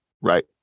right